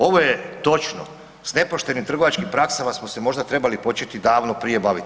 Ovo je točno, s nepoštenim trgovačkim praksama smo se možda trebali početi davno prije bavit.